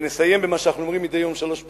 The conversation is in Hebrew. ונסיים במה שאנחנו אומרים מדי יום שלוש פעמים: